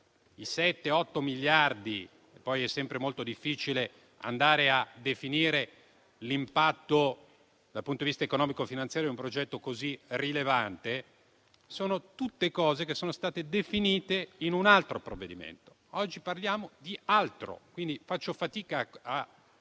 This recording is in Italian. miliardi, ma poi è sempre molto difficile andare a definire l'impatto, dal punto di vista economico-finanziario, di un progetto così rilevante. Sono tutte cose che sono state definite in un altro provvedimento. Oggi parliamo di altro e, quindi, faccio fatica a